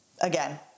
Again